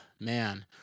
man